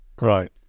Right